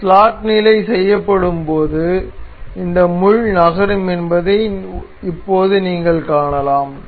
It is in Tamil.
இந்த ஸ்லாட் நிலை செய்யப்படும்போது இந்த முள் நகரும் என்பதை இப்போது நீங்கள் காணலாம்